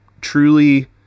truly